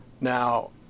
Now